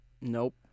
Nope